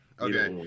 Okay